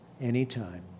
anytime